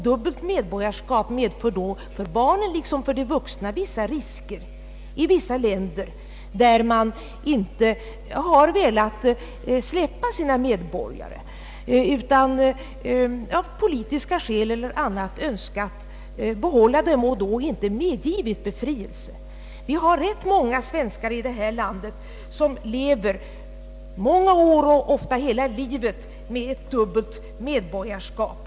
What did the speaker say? Dubbelt medborgarskap medför då för barnen liksom för de vuxna en del risker i vissa länder, som inte har velat släppa sina medborgare utan av politiska eller andra skäl önskat behålla dem och då inte medgivit »befrielse» från det ursprungliga medborgarskapet. Vi har ganska många svenskar i detta land, som har levat många år och ofta hela livet med ett dubbelt medborgarskap.